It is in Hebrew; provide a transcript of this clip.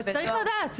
צריך לדעת,